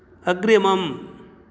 अग्रिमम्